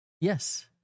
Yes